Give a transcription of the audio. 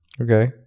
Okay